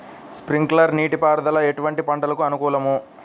Sprinkler నీటిపారుదల ఎటువంటి పంటలకు అనుకూలము?